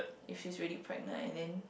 if sh's really pregnant and then